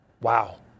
Wow